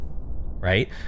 right